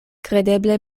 kredeble